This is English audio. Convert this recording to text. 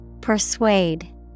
Persuade